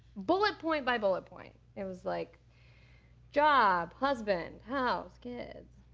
bullet point by bullet point. it was like job, husband, house, kids,